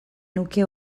nuke